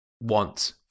want